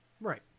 Right